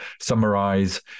summarize